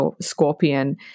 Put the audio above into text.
Scorpion